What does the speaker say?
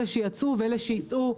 אלה שיצאו ואלה שייצאו,